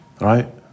right